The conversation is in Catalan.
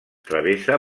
travessa